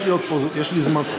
יש לי זמן.